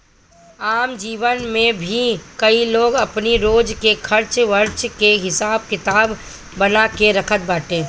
आम जीवन में भी कई लोग अपनी रोज के खर्च वर्च के हिसाब किताब बना के रखत बाटे